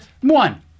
one